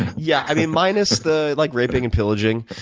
yeah, i mean, minus the like raping and pillaging,